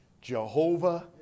Jehovah